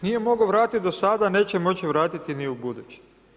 Nije mogao vratiti do sada, neće moći vratiti ni u buduće.